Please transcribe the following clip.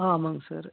ஆ ஆமாங்க சார்